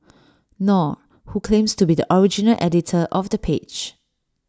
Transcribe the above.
nor who claims to be the original editor of the page